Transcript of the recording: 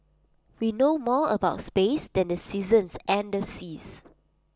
we know more about space than the seasons and the seas